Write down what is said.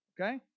okay